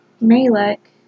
Malek